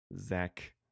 Zach